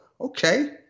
okay